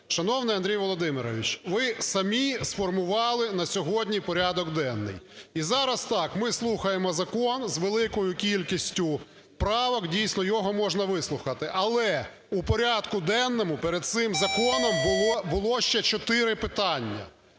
Шановний Андрій Володимирович, ви самі сформували на сьогодні порядок денний. І зараз так, ми слухаємо закон з великою кількістю правок, дійсно його можна вислухати, але у порядку денному перед цим законом було ще чотири питання.